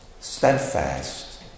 steadfast